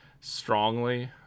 strongly